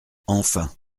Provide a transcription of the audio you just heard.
enfin